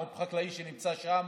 במו"פ חקלאי שנמצא שם,